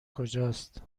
کجاست